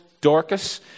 Dorcas